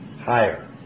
higher